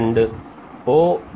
Say and O